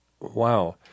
Wow